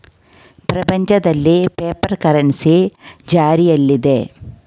ಪ್ರಪಂಚದಲ್ಲಿ paper currency ಜಾರಿಯಲ್ಲಿದೆ